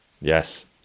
Yes